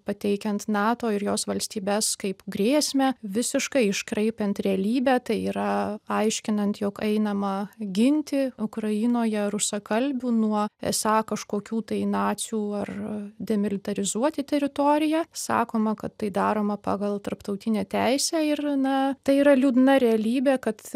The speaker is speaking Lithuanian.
pateikiant nato ir jos valstybes kaip grėsmę visiškai iškreipiant realybę tai yra aiškinant jog einama ginti ukrainoje rusakalbių nuo esą kažkokių tai nacių ar demilitarizuoti teritoriją sakoma kad tai daroma pagal tarptautinę teisę ir na tai yra liūdna realybė kad